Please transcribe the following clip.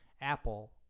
Apple